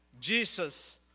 Jesus